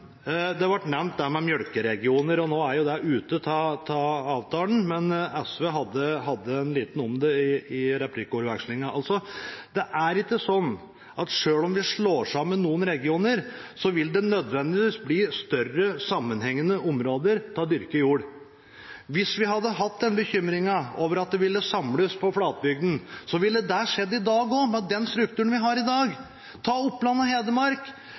Nå er jo det ute av avtalen, men SV sa litt om det i replikkvekslingen. Det er ikke sånn at det, selv om vi slår sammen noen regioner, nødvendigvis vil bli større sammenhengende områder til å dyrke jorda. Hvis vi hadde hatt den bekymringen at dette ville samlet seg på flatbygdene, ville det skjedd i dag også, med den strukturen vi har i dag. La meg nevne Oppland og Hedmark: